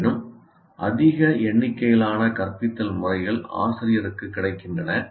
இருப்பினும் அதிக எண்ணிக்கையிலான கற்பித்தல் முறைகள் ஆசிரியருக்குக் கிடைக்கின்றன